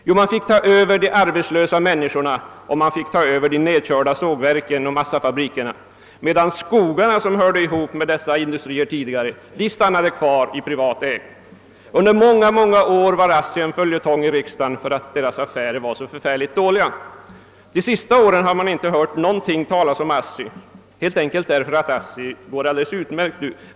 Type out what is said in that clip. Jo, den fick ta över de arbetslösa människorna och de nedkörda sågverken och massafabrikerna, men skogarna, vilka tidigare hörde ihop med dessa industrier, stannade kvar i privat ägo. Under många år var ASSI en följetong i riksdagen för att dess affärer var så dåliga. Under de senaste åren har man inte hört talas om ASSI helt enkelt därför att företaget nu går alldeles utmärkt.